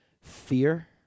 Fear